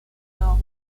nord